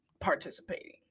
participating